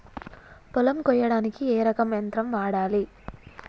పొలం కొయ్యడానికి ఏ రకం యంత్రం వాడాలి?